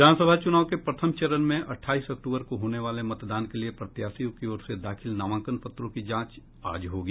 विधानसभा चुनाव के प्रथम चरण में अठाईस अक्टूबर को होने वाले मतदान के लिये प्रत्याशियों की ओर से दाखिल नामांकन पत्रों की आज जांच होगी